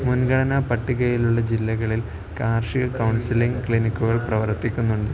മുൻഗണന പട്ടികയിലുള്ള ജില്ലകളിൽ കാർഷിക കൗൺസിലിംഗ് ക്ലിനിക്കുകൾ പ്രവർത്തിക്കുന്നുണ്ട്